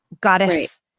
goddess